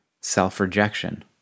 Self-rejection